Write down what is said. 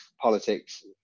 politics